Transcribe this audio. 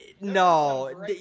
No